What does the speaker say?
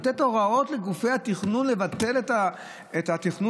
לתת הוראות לגופי התכנון לבטל את התכנון,